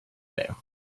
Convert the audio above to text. there